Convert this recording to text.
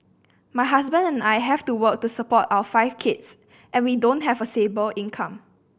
my husband and I have to work to support our five kids and we don't have a stable income